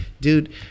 dude